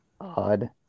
odd